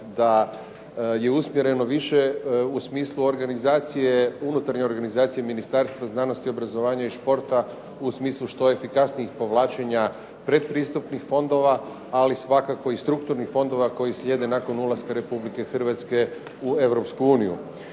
da je usmjereno više u smislu organizacije Ministarstva znanosti, obrazovanja i športa u smislu što efikasnijih povlačenja pretpristupnih fondova ali i svakako strukturnih fondova koji slijede nakon ulaska Republike Hrvatske u